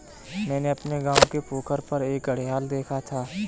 मैंने अपने गांव के पोखर पर एक घड़ियाल देखा था